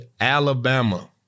Alabama